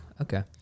okay